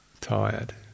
Tired